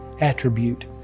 attribute